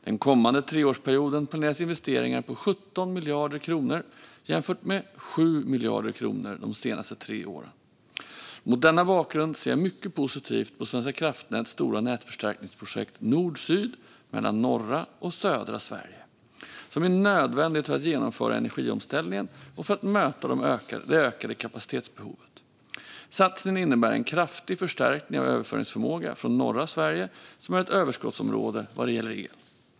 Den kommande treårsperioden planeras investeringar på 17 miljarder kronor, jämfört med 7 miljarder kronor de senaste tre åren. Mot denna bakgrund ser jag mycket positivt på Svenska kraftnäts stora nätförstärkningsprojekt Nordsyd mellan norra och södra Sverige, vilket är nödvändigt för att genomföra energiomställningen och för att möta det ökade kapacitetsbehovet. Satsningen innebär en kraftig förstärkning av överföringsförmågan från norra Sverige, som är ett överskottsområde vad gäller el.